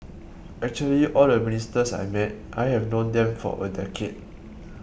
actually all the ministers I met I have known them for a decade